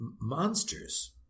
monsters